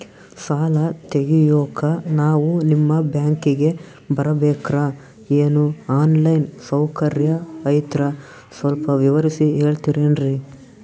ಸಾಲ ತೆಗಿಯೋಕಾ ನಾವು ನಿಮ್ಮ ಬ್ಯಾಂಕಿಗೆ ಬರಬೇಕ್ರ ಏನು ಆನ್ ಲೈನ್ ಸೌಕರ್ಯ ಐತ್ರ ಸ್ವಲ್ಪ ವಿವರಿಸಿ ಹೇಳ್ತಿರೆನ್ರಿ?